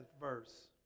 verse